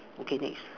okay next